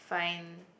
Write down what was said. find